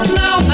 now